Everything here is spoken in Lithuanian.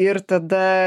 ir tada